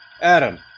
Adam